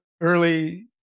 early